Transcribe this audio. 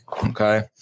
Okay